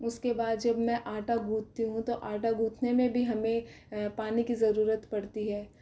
उसके बाद जब मैं आटा गूँथती हूँ तो आटा गूँथने मे भी हमें पानी की ज़रूरत पड़ती है